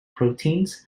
proteins